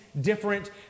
different